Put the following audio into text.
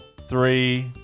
three